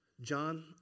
John